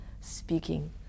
speaking